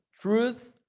Truth